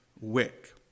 wick